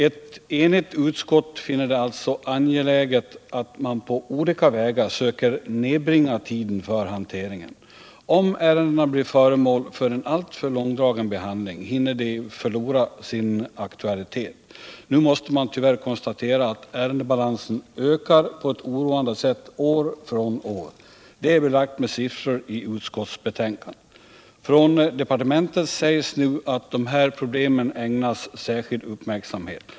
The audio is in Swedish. Ett enigt utskott finner det angeläget att man på olika vägar söker nedbringa tiden för hanteringen. Om ärendena blir föremål för en alltför långdragen behandling hinner de ju förlora sin aktualitet. Nu måste man tyvärr konstatera att ärendebalansen ökar på ett oroande sätt år från år. Det är belagt med siffror i utskottsbetänkandet. Från departementet sägs nu att dessa problem ägnas särskild uppmärksamhet.